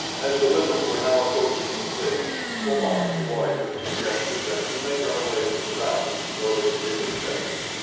as the women were now approaching the cliffs, to-mar the warrior suggested that we make our way to the valley before they could intercept us,